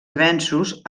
avenços